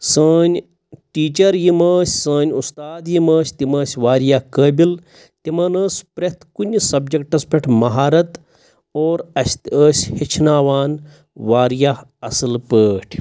سٲنۍ ٹیٖچَر یِم ٲسۍ سٲنۍ اُستاد یِم ٲسۍ تِم ٲسۍ واریاہ قٲبِل تِمَن ٲس پرٛٮ۪تھ کُنہِ سَبجَکٹَس پٮ۪ٹھ مہارَت اور اَسہِ تہِ ٲسۍ ہیٚچھناوان واریاہ اَصٕل پٲٹھۍ